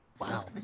Wow